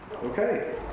Okay